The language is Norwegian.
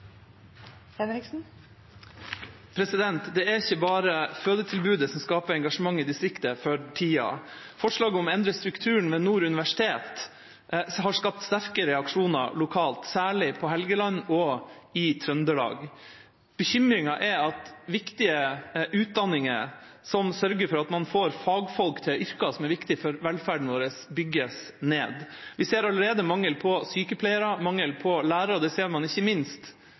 distriktet for tida. Forslaget om å endre strukturen ved Nord universitet har skapt sterke reaksjoner lokalt, særlig på Helgeland og i Trøndelag. Bekymringen er at viktige utdanninger som sørger for at man får fagfolk til yrker som er viktige for velferden vår, bygges ned. Vi ser allerede mangel på sykepleiere, mangel på lærere, og det ser man ikke minst